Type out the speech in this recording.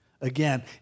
again